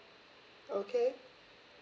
okay